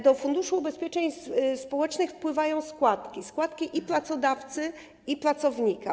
Do Funduszu Ubezpieczeń Społecznych wpływają składki, składki i pracodawcy, i pracownika.